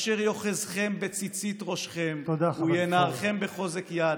/ אשר יאחזכם בציצית ראשכם וינערכם בחוזק יד,